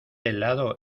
helado